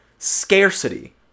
scarcity